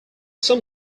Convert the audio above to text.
some